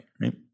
right